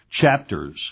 chapters